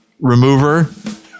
remover